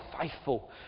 faithful